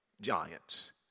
giants